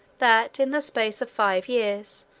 that, in the space of five years,